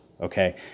Okay